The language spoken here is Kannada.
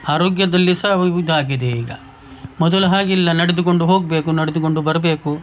ಆರೋಗ್ಯದಲ್ಲಿ ಸಹ ಇದಾಗಿದೆ ಈಗ ಮೊದಲು ಹಾಗಿಲ್ಲ ನಡೆದುಕೊಂಡು ಹೋಗಬೇಕು ನಡೆದುಕೊಂಡು ಬರಬೇಕು